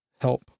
help